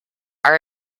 are